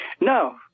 No